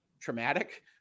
traumatic